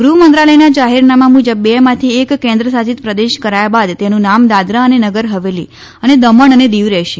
ગૃહમંત્રાલયના જાહેરનામા મુજબ બેમાંથી એક કેન્દ્ર શાસિત પ્રદેશ કરાયા બાદ તેનું નામ દાદરા અને નગર હવેલી અને દમણ અને દીવ રહેશે